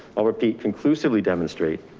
i'll repeat conclusively demonstrate,